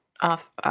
off